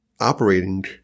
operating